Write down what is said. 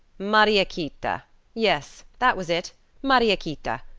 mariequita yes, that was it mariequita.